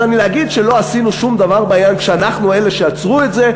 אז להגיד שלא עשינו שום דבר בעניין כשאנחנו אלה שעצרו את זה,